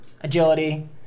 Agility